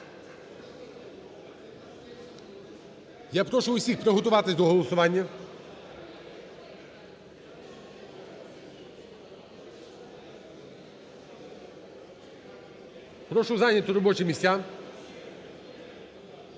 Я прошу усіх приготуватися до голосування. Прошу зайняти робочі місця.